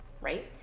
Right